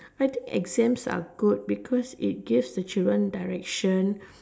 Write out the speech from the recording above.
I think exams are good because it gives the children direction